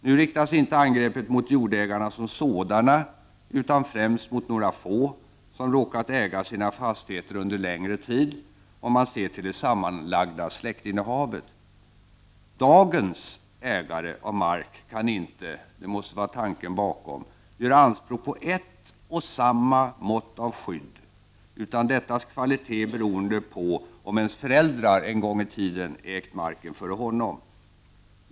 Nu riktas inte angreppet mot jordägarna som sådana utan främst mot några få som råkat äga sina fastigheter under längre tid, om man ser till det sammanlagda släktinnehavet. Dagens ägare av mark kan inte — det måste vara tanken bakom — göra anspråk på ett och samma mått av skydd utan dettas kvalitet är beroende på om föräldrarna en gång i tiden ägt marken före ägaren.